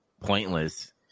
pointless